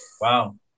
Wow